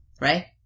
right